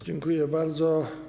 Dziękuję bardzo.